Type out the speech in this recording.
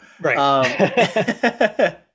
right